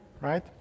right